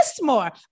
more